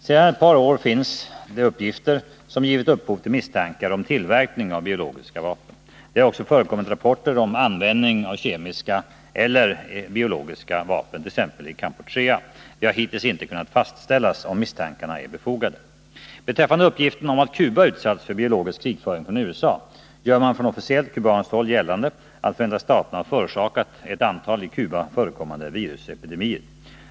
Sedan ett par år finns det uppgifter som givit upphov till misstankar om tillverkning av biologiska vapen. Det har också förekommit rapporter om användning av kemiska eller biologiska vapen, t.ex. i Kampuchea. Det har hittills inte kunnat fastställas om misstankarna är befogade. Beträffande uppgifterna om att Cuba har utsatts för biologisk krigföring från USA, gör man från officiellt kubanskt håll gällande att Förenta staterna förorsakat ett antal i Cuba förekommande virusepidemier.